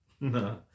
No